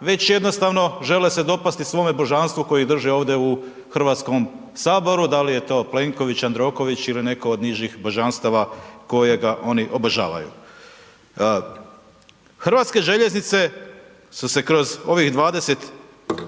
već jednostavno, žele se dopasti svome božanstvu koji drže ovdje u HS-u, da li je to Plenković, Jandroković ili netko od nižih božanstava kojega oni obožavaju. HŽ su se kroz ovih 28